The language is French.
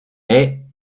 hey